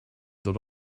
dod